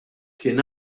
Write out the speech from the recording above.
kien